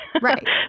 Right